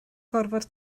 gorfod